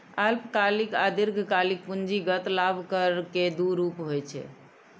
अल्पकालिक आ दीर्घकालिक पूंजीगत लाभ कर के दू रूप होइ छै